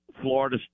Florida